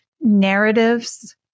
narratives